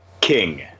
King